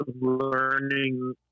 learning